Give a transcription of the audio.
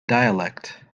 dialect